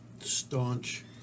staunch